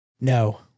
No